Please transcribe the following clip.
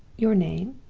your name,